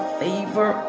favor